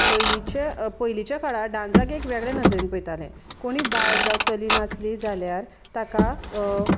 पयलींच्या पयलींच्या काळार डांसाक एक वेगळे नदरेन पळयताले कोणी बायल जावं चली नाचली जाल्यार ताका